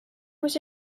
was